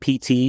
PT